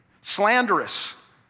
slanderous